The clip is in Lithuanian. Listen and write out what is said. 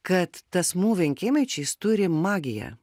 kad tas moving image jis turi magiją